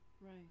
right